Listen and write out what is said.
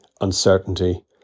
uncertainty